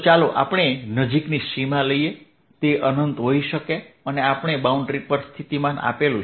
તો ચાલો આપણે નજીકની સીમા લઈએ તે અનંત હોઈ શકે અને આપણે બાઉન્ડ્રી પર સ્થિતિમાન આપેલ છે